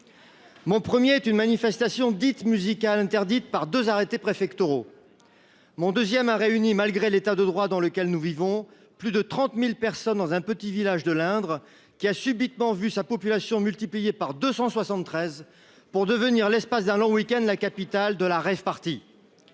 Mon 1er est une manifestation dite musical interdite par deux arrêtés préfectoraux. Mon 2ème a réuni, malgré l'état de droit dans lequel nous vivons. Plus de 30.000 personnes dans un petit village de l'Indre, qui a subitement vu sa population multipliée par 273. Pour devenir l'espace d'un long week-, la capitale de la rave Party.